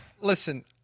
listen